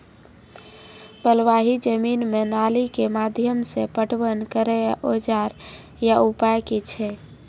बलूआही जमीन मे नाली के माध्यम से पटवन करै औजार या उपाय की छै?